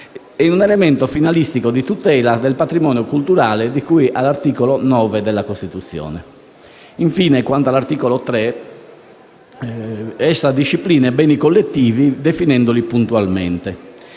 e un elemento finalistico di tutela del patrimonio culturale di cui all'articolo 9 della Costituzione. Infine, quanto all'articolo 3, esso disciplina i beni collettivi definendoli puntualmente.